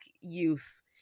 youth